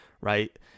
right